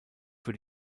für